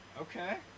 Okay